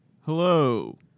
Hello